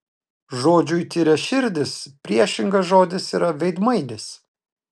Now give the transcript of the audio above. žodžiui tyraširdis priešingas žodis yra veidmainis